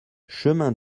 chemin